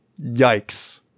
Yikes